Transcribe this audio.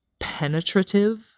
penetrative